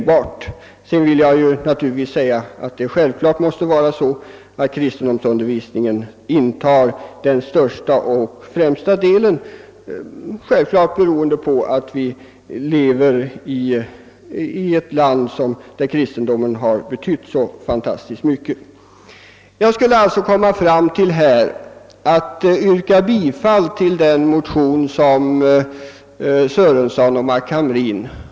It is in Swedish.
Jag vill tillägga att det givetvis måste vara så, att kristendomsundervisningen intar den största och främsta delen av religionsundervisningen helt enkelt beroende på att vi lever i ett land, där kristendomen har betytt så fantastiskt mycket. Med dessa motiveringar skulle jag alltså komma fram till att här yrka bifall till de likalydande motionerna av herr Sörenson och herr Hamrin.